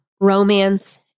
romance